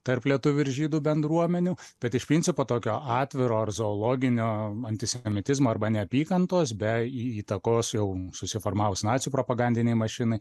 tarp lietuvių ir žydų bendruomenių bet iš principo tokio atviro ar zoologinio antisemitizmo arba neapykantos be įtakos jau susiformavus nacių propagandinei mašinai